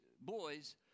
boys